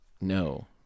No